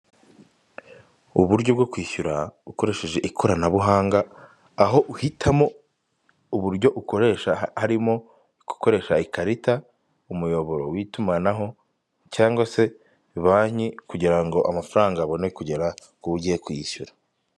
Uburyo bwo kwishyura ukoresheje ikoranabuhanga aho uhitamo uburyo ukoresha harimo gukoresha ikarita umuyoboro w'itumanaho cyangwa se banki kugira ngo amafaranga abone kugera ku ugiye kwiyishyura.